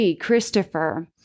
Christopher